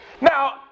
Now